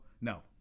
no